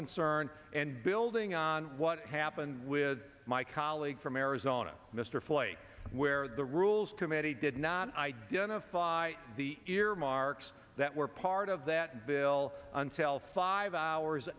concern and building on what happened with my colleague from arizona mr flake where the rules committee did not identify the earmarks that were part of that bill on sale five hours